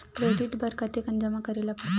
Credit बर कतेकन जमा करे ल पड़थे?